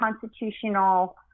constitutional